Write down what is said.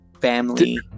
family